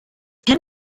can